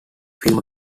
film